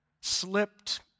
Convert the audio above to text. slipped